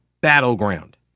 battleground